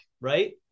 right